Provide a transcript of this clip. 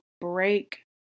break